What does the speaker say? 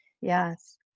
Yes